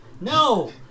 No